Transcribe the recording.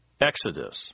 Exodus